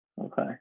Okay